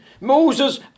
Moses